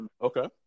Okay